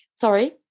sorry